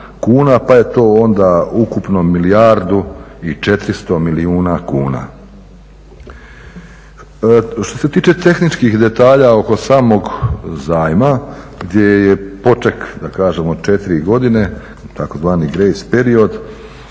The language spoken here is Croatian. pa je to onda ukupno milijardu i 400 milijuna kuna. Što se tiče tehničkih detalja oko samog zajma gdje je poček da kažemo 4 godine, tzv. grace period